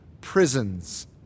prisons